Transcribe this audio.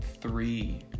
three